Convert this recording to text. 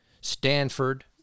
Stanford